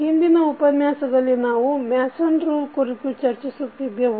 ಹಿಂದಿನ ಉಪನ್ಯಾಸದಲ್ಲಿ ನಾವು ಮ್ಯಾಸನ್ ರೂಲ್ ಕುರಿತು ಚರ್ಚಿಸುತ್ತಿದ್ದೆವು